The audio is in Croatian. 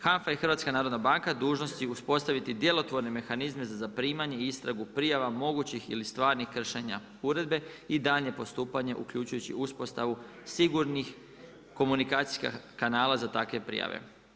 HANFA i HNB dužne su uspostaviti djelotvorne mehanizme za zaprimanje i istragu prijava mogućih ili stvarnih kršenja uredbe i daljnje postupanje uključujući uspostavu sigurnih komunikacijskih kanala za takve prijave.